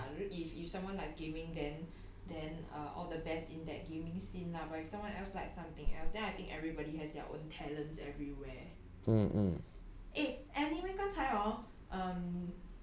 uh I really don't like it and okay lah each to its own lah if if someone likes gaming then then all the best in that gaming scene lah but if someone else like something else then I think everybody has their own talents everywhere